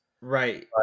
Right